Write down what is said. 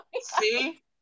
see